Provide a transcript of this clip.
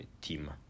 team